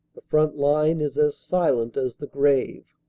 the front line is as silent as the grave.